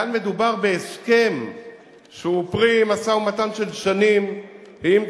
כאן מדובר בהסכם שהוא פרי משא-ומתן של שנים עם צה"ל,